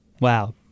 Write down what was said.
Wow